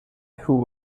who